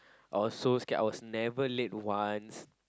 I was so scared I was never late once